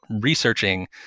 researching